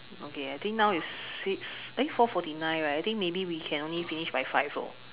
okay I think it's six four forty nine right I think maybe we can only finish by five